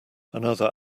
another